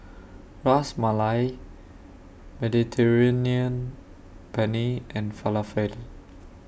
Ras Malai Mediterranean Penne and Falafel